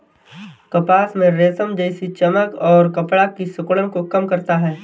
कपास में रेशम जैसी चमक और कपड़ा की सिकुड़न को कम करता है